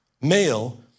male